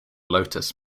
lotus